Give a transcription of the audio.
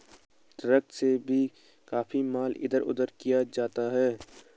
truck से भी काफी माल इधर उधर किया जाता है